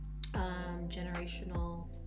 generational